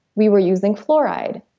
we were using fluoride.